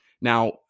Now